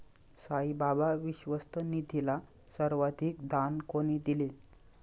साईबाबा विश्वस्त निधीला सर्वाधिक दान कोणी दिले?